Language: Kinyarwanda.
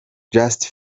just